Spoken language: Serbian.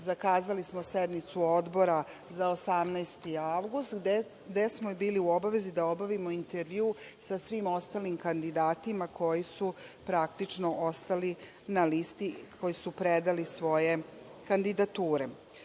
zakazali smo sednicu Odbora za 18. avgusta, gde smo i bili u obavezi da obavimo intervju sa svim ostalim kandidatima koji su praktično ostali na listi, koji su predali svoje kandidature. Nakon